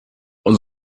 und